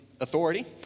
authority